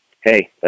hey